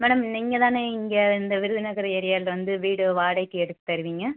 madam நீங்கள் தானே இங்கே இந்த விருதுநகர் ஏரியாவில் வந்து வீடு வாடகைக்கு எடுத்து தருவிங்க